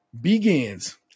begins